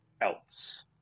else